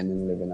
בינינו לבינם.